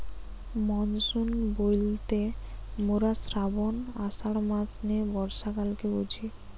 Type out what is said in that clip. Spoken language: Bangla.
মনসুন বইলতে মোরা শ্রাবন, আষাঢ় মাস নিয়ে বর্ষাকালকে বুঝি